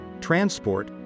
Transport